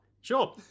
Sure